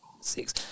six